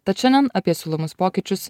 tad šiandien apie siūlomus pokyčius